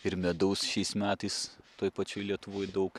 ir medaus šiais metais toj pačioj lietuvoj daug